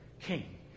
king